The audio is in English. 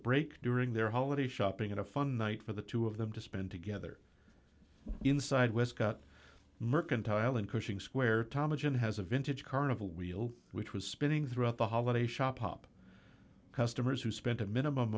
break during their holiday shopping in a fun night for the two of them to spend together inside wescott mercantile and pushing square thomason has a vintage carnival wheel which was spinning throughout the holiday shopping customers who spent a minimum